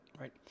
right